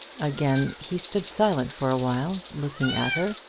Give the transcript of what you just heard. again he stood silent for awhile, looking at her,